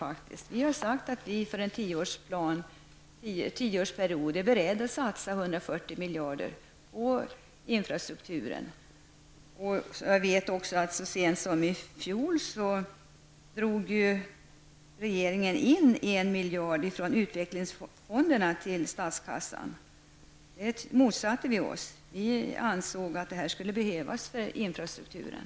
Vi har sagt att vi för en tioårsperiod är beredda att satsa 140 miljarder på infrastrukturen. Jag vet också att så sent som i fjol drog regeringen in 1 Det motsatte vi oss. Vi ansåg att detta skulle behövas för infrastrukturen.